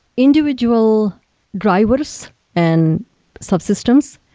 individual drivers and subsystems,